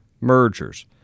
mergers